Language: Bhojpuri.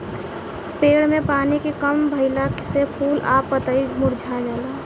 पेड़ में पानी के कम भईला से फूल आ पतई मुरझा जाला